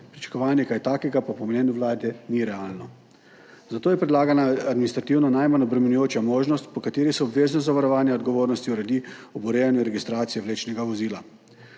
pričakovanje česa takega pa po mnenju Vlade ni realno. Zato je predlagana administrativno najmanj obremenjujoča možnost, po kateri se obvezno zavarovanje odgovornosti uredi ob urejanju registracije vlečnega vozila.